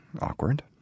awkward